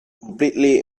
completely